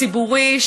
ציבורי,